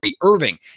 Irving